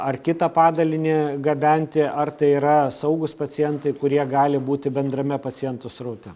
ar kitą padalinį gabenti ar tai yra saugūs pacientai kurie gali būti bendrame pacientų sraute